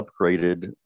upgraded